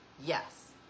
yes